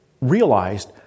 realized